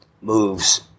moves